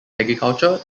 agriculture